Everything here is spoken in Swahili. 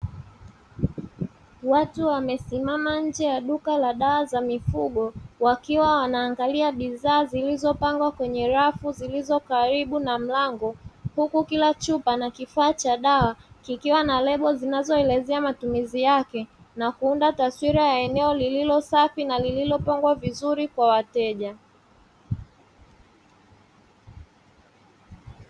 Watu wamesimama nje ya duka la dawa za mifugo wakiwa wanaangalia bidhaa zilizopangwa kwenye rafu zilizokaribu na mlango, huku kila chupa na kifaa cha dawa kikiwa na lebo zinazoelezea matumizi yake na kuunda taswira ya eneo lililosafi na lililopangwa vizuri kwa wateja.